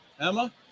emma